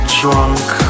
drunk